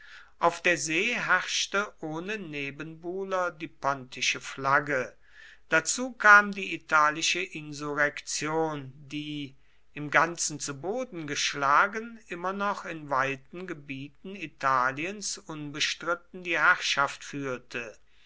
auf der see herrschte ohne nebenbuhler die pontische flagge dazu kam die italische insurrektion die im ganzen zu boden geschlagen immer noch in weiten gebieten italiens unbestritten die herrschaft führte